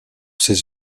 ses